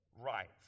rights